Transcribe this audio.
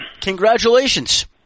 Congratulations